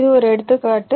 இது ஒரு எடுத்துக்காட்டு